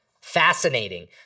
Fascinating